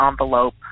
envelope